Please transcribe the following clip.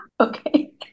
Okay